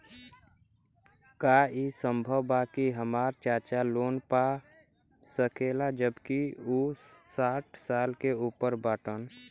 का ई संभव बा कि हमार चाचा लोन पा सकेला जबकि उ साठ साल से ऊपर बाटन?